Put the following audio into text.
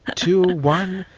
two, one,